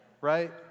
Right